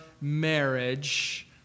marriage